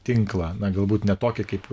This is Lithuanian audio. tinklą na galbūt ne tokį kaip